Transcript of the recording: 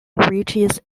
reaches